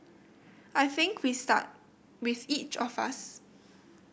I think we start with each of us